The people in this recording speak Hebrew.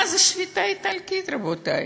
מה זה שביתה איטלקית, רבותי?